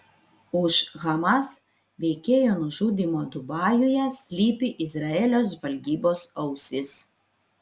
už hamas veikėjo nužudymo dubajuje slypi izraelio žvalgybos ausys